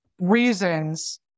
reasons